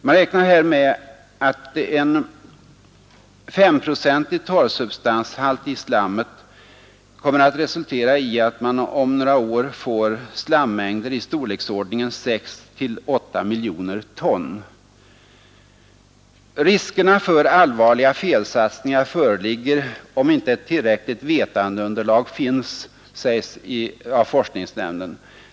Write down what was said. Man räknar här med att en S-procentig torrsubstanshalt i slammet kommer att resultera i att vi om några år får slammängder i storleksordningen 6—8 miljoner ton. Risker för allvarliga felsatsningar föreligger om inte ett tillräckligt vetandeunderlag finns, säger forskningsnämnden.